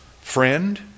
Friend